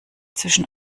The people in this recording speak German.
zwischen